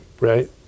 right